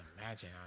imagine